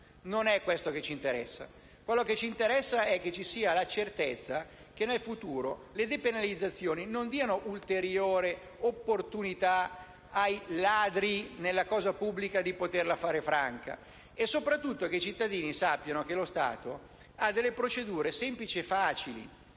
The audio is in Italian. Non è questo che ci interessa. Ci interessa che vi sia la certezza che in futuro le depenalizzazioni non diano ulteriore opportunità ai ladri nella cosa pubblica di farla franca e soprattutto che i cittadini sappiano che lo Stato prevede procedure semplici e facili.